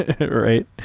Right